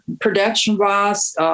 production-wise